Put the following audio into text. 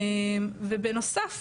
ובנוסף,